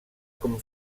com